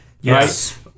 Yes